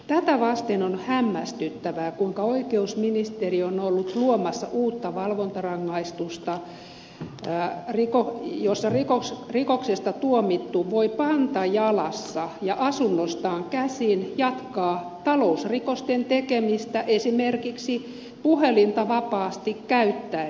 tätä vasten on hämmästyttävää kuinka oikeusministeriö on ollut luomassa uutta valvontarangaistusta jossa rikoksesta tuomittu voi panta jalassa ja asunnostaan käsin jatkaa talousrikosten tekemistä esimerkiksi puhelinta vapaasti käyttäen